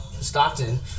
Stockton